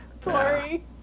sorry